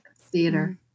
theater